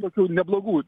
tokių neblogų